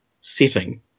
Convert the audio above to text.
setting